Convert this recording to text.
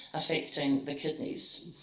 affecting the kidneys.